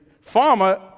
farmer